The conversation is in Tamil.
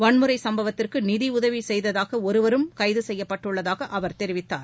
வன்முறை சுப்பவத்திற்கு நிதியுதவி செய்ததாக ஒருவரும் கைது செய்யப்பட்டுள்ளதாக அவர் தெரிவித்தார்